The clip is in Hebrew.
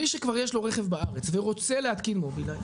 מי שכבר יש לו רכב בארץ ורוצה להתקין מובילאיי